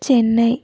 Chennai